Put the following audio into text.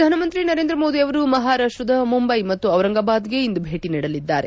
ಪ್ರಧಾನಮಂತ್ರಿ ನರೇಂದ್ರ ಮೋದಿ ಅವರು ಮಹಾರಾಷ್ಟದ ಮುಂಬೈ ಮತ್ತು ಟಿರಂಗಾಬಾದ್ಗೆ ಇಂದು ಭೇಟಿ ನೀಡಲಿದ್ದಾರೆ